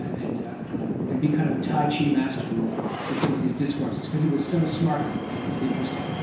and ah and be kind of a tai chi master with with some of these discourses because he was so smart and and and interesting.